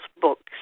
books